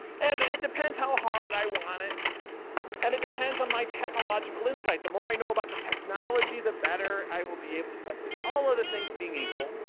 and it depends how hard i want it and it depends on my technological insight. the more i know about the technology, the better i will be able to test it, all of the things being equal.